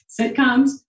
sitcoms